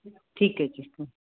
ਠੀਕ ਹੈ ਜੀ